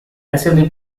massively